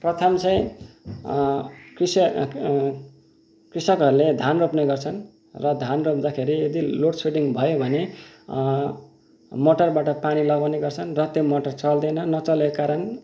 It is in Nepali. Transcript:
प्रथम चाहिँ कृष् कृषकहरूले धान रोप्ने गर्छन् र धान रोप्दाखेरि यदि लोड सेडिङ भयो भने मोटरबाट पानी लगाउने गर्छन् र त्यो मोटर चल्दैन नचलेको कारण